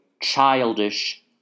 childish